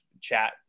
chat